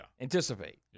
Anticipate